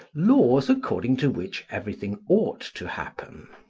laws according to which everything ought to happen.